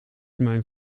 mijn